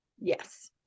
Yes